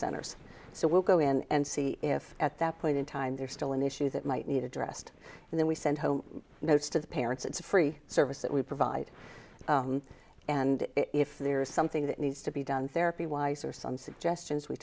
centers so we'll go in and see if at that point in time there's still an issue that might need addressed and then we send home notes to the parents it's a free service that we provide and if there is something that needs to be done therapy wise or some suggestions we